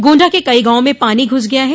गोण्डा के कई गांवों में पानी घुस गया है